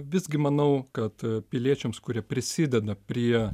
visgi manau kad piliečiams kurie prisideda prie